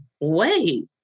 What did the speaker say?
wait